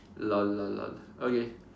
lol lol lol okay